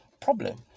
problem